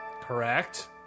Correct